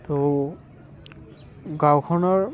ত' গাঁওখনৰ